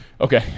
Okay